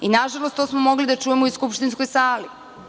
Nažalost, to smo mogli da čujemo i u skupštinskoj sali.